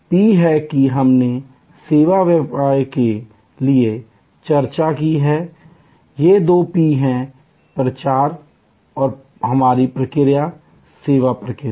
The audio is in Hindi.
P है कि हमने सेवा व्यवसाय के लिए चर्चा की है ये दो P हैं प्रचार और हमारी प्रक्रिया सेवा प्रक्रिया